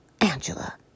Angela